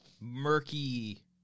murky